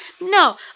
No